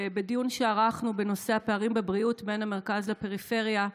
ובדיון שערכנו בנושא הפערים בבריאות בין המרכז לפריפריה,